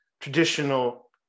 traditional